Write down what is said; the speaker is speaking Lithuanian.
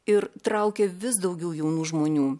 ir traukia vis daugiau jaunų žmonių